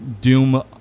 Doom